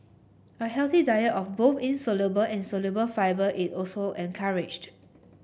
a healthy diet of both insoluble and soluble fibre is also encouraged